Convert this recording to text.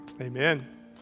Amen